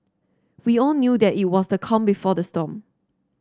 we all knew that it was the calm before the storm